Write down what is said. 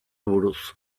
buruz